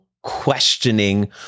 Questioning